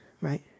right